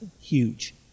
huge